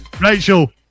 Rachel